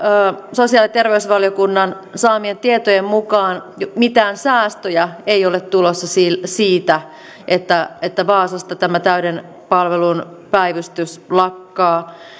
sosiaali ja terveysvaliokunnan saamien tietojen mukaan mitään säästöjä ei ole tulossa siitä että että vaasasta tämä täyden palvelun päivystys lakkaa